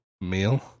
meal